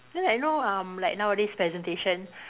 then like you know um like nowadays presentation